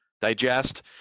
digest